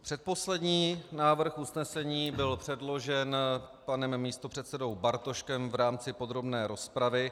Předposlední návrh usnesení byl předložen panem místopředsedou Bartoškem v rámci podrobné rozpravy.